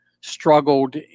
struggled